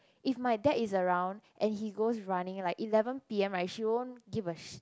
if my dad is around and he goes running like eleven P_M right she won't give a shit